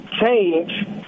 change